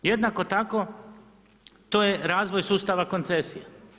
Jednako tako to je razvoj sustava koncesija.